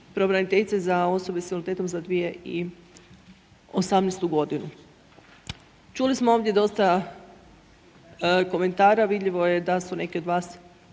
Pravobraniteljice za osobe s invaliditetom za 2018. godinu. Čuli smo ovdje dosta komentara, vidljivo je da su neki od vas